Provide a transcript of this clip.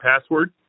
password